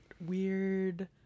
weird